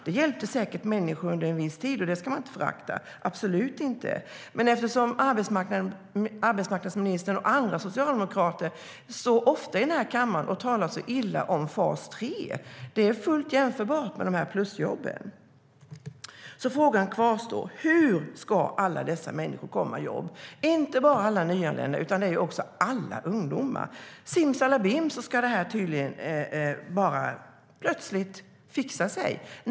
Det hjälpte säkert människor under en viss tid, och det ska man inte förakta, absolut inte, men eftersom arbetsmarknadsministern och andra socialdemokrater så ofta i denna kammare talar så illa om fas 3 vill jag säga att det är fullt jämförbart med plusjobben. Frågan hur alla dessa människor ska komma i jobb kvarstår. Det gäller inte bara alla nyanlända utan också alla ungdomar. Simsalabim, plötsligt ska det tydligen bara fixa sig.